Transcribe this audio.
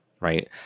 right